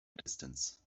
distance